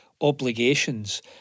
obligations